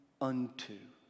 unto